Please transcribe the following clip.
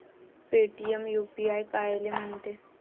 Paytm UPI कायले म्हनते?